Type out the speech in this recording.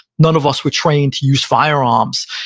none of us were trained to use firearms,